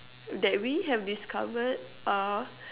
that we have discovered are